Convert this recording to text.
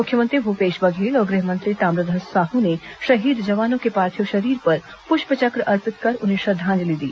मुख्यमंत्री भूपेश बघेल और गृह मंत्री ताम्रध्यज साहू ने शहीद जवानों के पार्थिव शरीर पर पुष्पचक्र अर्पित कर उन्हें श्रद्वांजलि दी